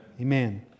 Amen